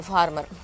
Farmer